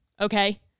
okay